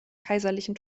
kaiserlichen